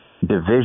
division